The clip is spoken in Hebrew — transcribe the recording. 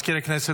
מזכיר הכנסת,